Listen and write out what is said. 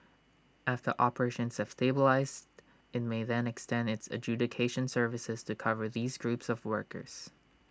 after operations have stabilised IT may then extend its adjudication services to cover these groups of workers